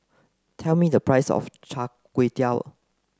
tell me the price of Cha Kway Tow